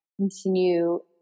continue